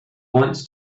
wants